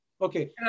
okay